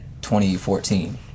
2014